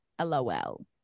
LOL